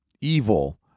evil